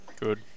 Good